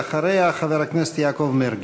ואחריה, חבר הכנסת יעקב מרגי.